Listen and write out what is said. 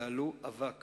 יעלו אבק